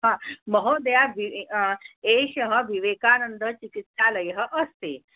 हा महोदया दि एषः विवेकानन्दचिकित्सालयः अस्ति